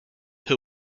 who